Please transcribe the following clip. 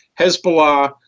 Hezbollah